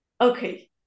okay